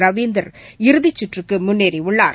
ரவீந்தர் இறதிச் சுற்றுக்குமுன்னேறியுள்ளார்